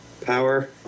power